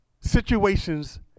situations